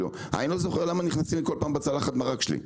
אני לא זוכר למה נכנסים כל פעם לצלחת המרק שלי,